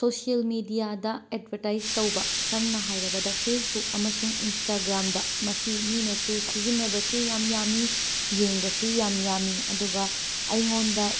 social ꯃꯦꯗꯤꯌꯥꯗ advertise ꯇꯧꯕ ꯁꯝꯅ ꯍꯥꯏꯔꯕꯗ ꯐꯦꯁꯕꯨꯛ ꯑꯃꯁꯨꯡ ꯏꯟꯁꯇꯥꯒ꯭ꯔꯥꯝꯗ ꯃꯁꯤ ꯃꯤꯅꯁꯨ ꯁꯤꯖꯤꯟꯅꯕꯁꯨ ꯌꯥꯝ ꯌꯥꯝꯃꯤ ꯌꯦꯡꯕꯁꯨ ꯌꯥꯝ ꯌꯥꯝꯃꯤ ꯑꯗꯨꯒ ꯑꯩꯉꯣꯟꯗ